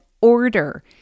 order